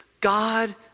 God